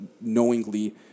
knowingly